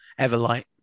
everlight